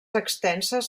extenses